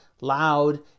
loud